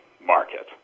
market